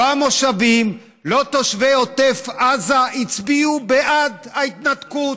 לא המושבים ולא תושבי עוטף עזה הצביעו בעד ההתנתקות,